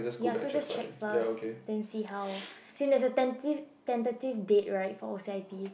ya so just check first then see how as in there's a tenta~ tentative date right for C_I_P